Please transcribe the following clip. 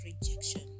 rejection